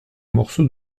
morceau